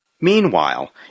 Meanwhile